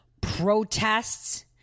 protests